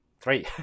three